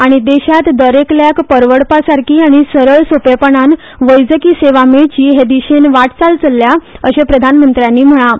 आनी देशात दरेकल्याक परवडपासारकी आनी सरळ सोपेपणान वैजकी सेवा मेळची हे दिशेन वाटचाल चल्ल्या अशेय प्रधानमंत्र्यांनी म्हळा